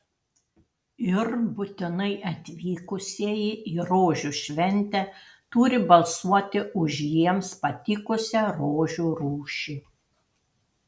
ir būtinai atvykusieji į rožių šventę turi balsuoti už jiems patikusią rožių rūšį